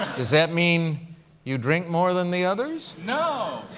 does that mean you drink more than the others? no,